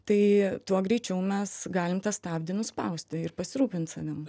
tai tuo greičiau mes galim tą stabdį nuspausti ir pasirūpint savim